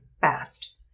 fast